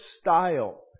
style